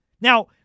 Now